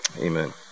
Amen